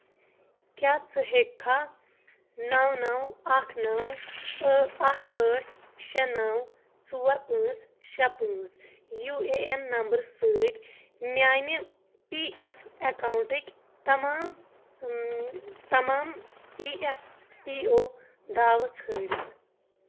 کیٛاہ ژٕ ہیٚککھا نو نو ٲ اکھ نو اکھ ٲٹھ شیٚے نو ژور پانژھ شیٚے پانٛژھ یو اے این نمبرس سۭتۍ میانہِ پی ایف اکاؤنٹٕکۍ تمام تمام ای ایف پی او داوٕ ژھٲرِتھ